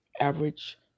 average